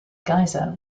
geyser